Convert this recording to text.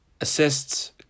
Assists